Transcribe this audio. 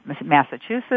Massachusetts